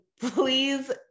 please